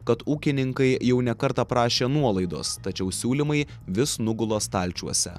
kad ūkininkai jau ne kartą prašė nuolaidos tačiau siūlymai vis nugula stalčiuose